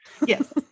Yes